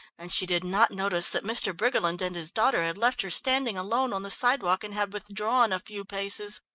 and she did not notice that mr. briggerland and his daughter had left her standing alone on the sidewalk and had withdrawn a few paces.